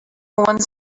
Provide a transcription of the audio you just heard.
one